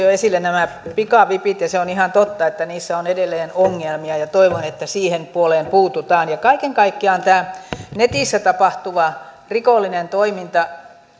jo esille nämä pikavipit ja se on ihan totta että niissä on edelleen ongelmia ja toivon että siihen puoleen puututaan ja kaiken kaikkiaan tähän netissä tapahtuvaan rikolliseen toimintaan